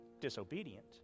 disobedient